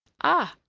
ah!